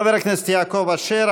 חבר הכנסת יעקב אשר.